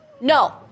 No